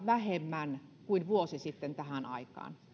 vähemmän kuin vuosi sitten tähän aikaan